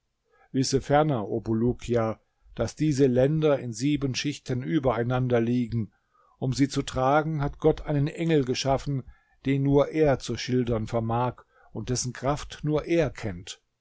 wisse ferner o bulukia daß diese länder in sieben schichten übereinander liegen um sie zu tragen hat gott einen engel geschaffen den nur er zu schildern vermag und dessen kraft nur er kennt